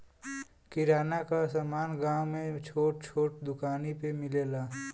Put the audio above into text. किराना क समान गांव में छोट छोट दुकानी पे मिलेला